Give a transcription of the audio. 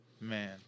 man